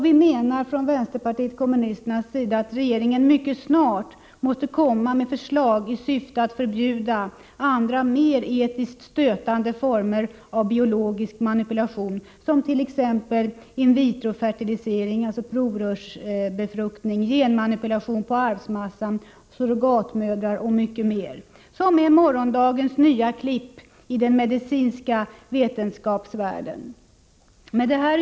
Vpk menar att regeringen mycket snart måste komma med förslag i syfte att förbjuda andra mer etiskt stötande former av biologisk manipulation, t.ex. invitrofertilisering — alltså provrörsbefrukning, genmanipulation på arvsmassan, utnyttjandet av surrogatmödrar m.m. Dessa företeelser är morgondagens nya klipp inom den medicinska vetenskapsvärlden. Herr talman!